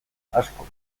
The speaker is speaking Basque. askok